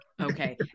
Okay